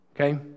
Okay